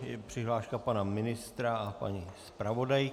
Je tu přihláška pana ministra a paní zpravodajky.